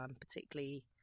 particularly